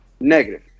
Negative